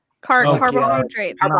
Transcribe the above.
carbohydrates